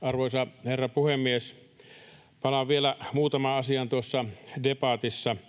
Arvoisa herra puhemies! Palaan vielä muutamaan tuossa debatissa olleeseen asiaan.